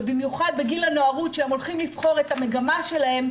במיוחד בגיל הנערות כשהם הולכים לבחור את המגמה שלהם,